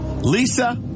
Lisa